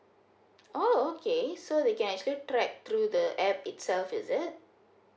oh okay so they can actually pay through the app itself is it